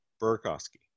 Burkowski